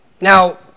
Now